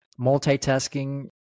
Multitasking